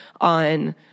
on